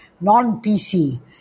non-PC